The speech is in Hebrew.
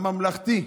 הממלכתי,